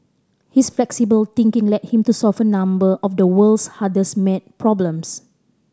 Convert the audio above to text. his flexible thinking led him to solve a number of the world's hardest maths problems